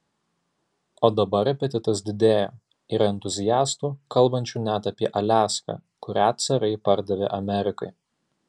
o dabar apetitas didėja yra entuziastų kalbančių net apie aliaską kurią carai pardavė amerikai